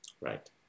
Right